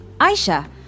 Aisha